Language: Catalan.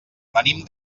venim